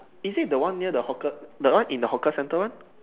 is it the one near the hawker the one in the hawker center one